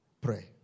Pray